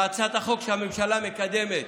יש עניין בהצעת החוק שהממשלה מקדמת